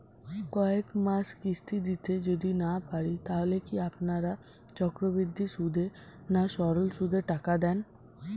কয়েক মাস কিস্তি দিতে যদি না পারি তাহলে কি আপনারা চক্রবৃদ্ধি সুদে না সরল সুদে টাকা দেন?